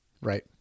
right